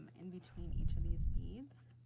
in between each of these beads.